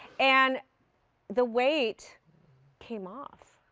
and the weight came off.